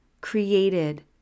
created